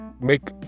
make